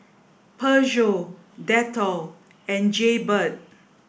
Peugeot Dettol and Jaybird